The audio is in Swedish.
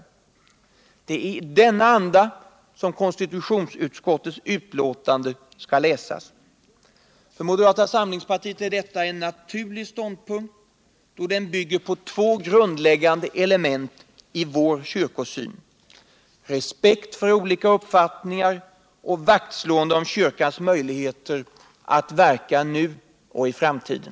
Det är i denna anda som konsututionsutskottets betänkande skall läsas. För moderata samlingspartiet är detta en naturlig ståndpunkt, då den bygger på två grundläggande element i vår kyrkosyn — respekt för olika uppfattningar och vaktslående om kyrkans möjligheter att verka nu och i framtiden.